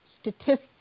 statistics